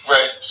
Right